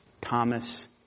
Thomas